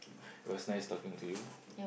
it was nice talking to you